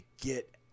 get